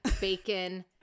bacon